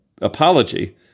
apology